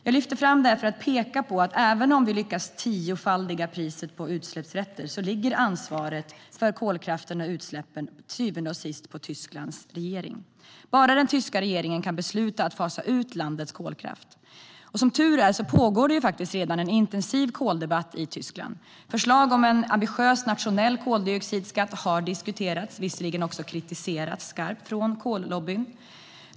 Jag lyfter fram det här för att peka på att även om vi lyckas att tiofaldiga priset på utsläppsrätter ligger ansvaret för kolkraften och utsläppen till syvende och sist på Tysklands regering. Bara den tyska regeringen kan besluta om att fasa ut landets kolkraft. Som tur är pågår det redan en intensiv koldebatt i Tyskland. Förslag om en ambitiös nationell koldioxidskatt har diskuterats, visserligen också kritiserats skarpt, från kollobbyn.